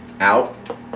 out